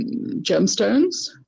gemstones